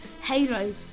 Halo